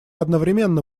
одновременно